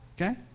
Okay